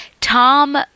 Tom